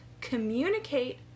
communicate